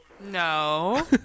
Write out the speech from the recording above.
No